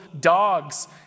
dogs